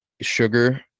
sugar